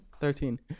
Thirteen